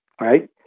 right